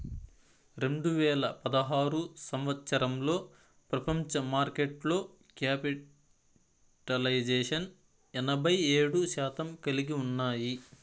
రెండు వేల పదహారు సంవచ్చరంలో ప్రపంచ మార్కెట్లో క్యాపిటలైజేషన్ ఎనభై ఏడు శాతం కలిగి ఉన్నాయి